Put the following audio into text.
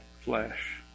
flesh